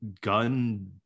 gun